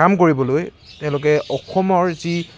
কাম কৰিবলৈ তেওঁলোকে অসমৰ যি